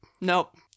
Nope